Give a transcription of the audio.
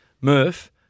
Murph